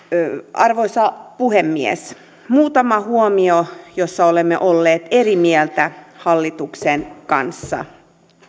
arvoisa puhemies muutama huomio joista olemme olleet eri mieltä hallituksen kanssa